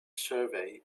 survey